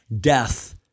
death